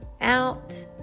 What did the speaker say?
out